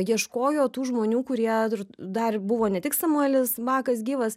ieškojo tų žmonių kurie dar buvo ne tik samuelis bakas gyvas